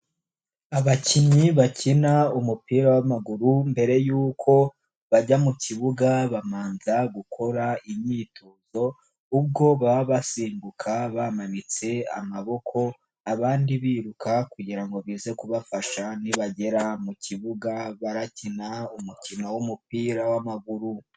Abakinnyi bakina umupira w'amaguru, mbere yuko bajya mu kibuga bamanza gukora imyitozo, ubwo baba basimbuka, bamanitse amaboko, abandi biruka kugirango ngo bize kubafasha nibagera mu kibuga, barakina umukino w'umupira w'amaguru.